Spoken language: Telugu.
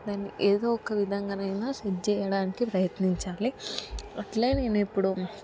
దాన్ని ఏదొక విధంగానయినా సెట్ చేయడానికి ప్రయత్నించాలి అట్లే నేనిప్పుడు